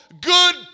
good